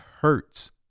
hurts